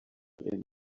ill